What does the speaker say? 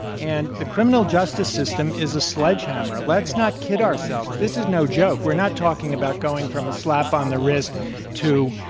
and the criminal justice system is a sledgehammer. let's not kid ourselves. this is no joke. we're not talking about going from a slap on the wrist to,